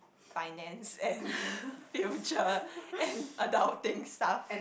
finance and future and adulting stuff